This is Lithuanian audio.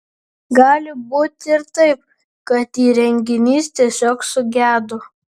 gali būti ir taip kad įrenginys tiesiog sugedo